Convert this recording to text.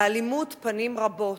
לאלימות פנים רבות.